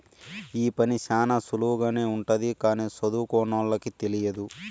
ఈ పని శ్యానా సులువుగానే ఉంటది కానీ సదువుకోనోళ్ళకి తెలియదు